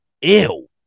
ew